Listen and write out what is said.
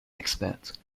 expert